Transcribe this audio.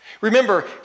Remember